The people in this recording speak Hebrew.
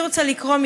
אני רוצה לקרוא,